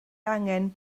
angen